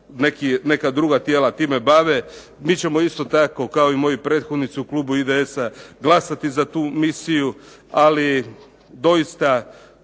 neka druga tijela time bave. Mi ćemo isto tako, kao i moji prethodnici, u klubu IDS-a glasati za tu misiju, ali doista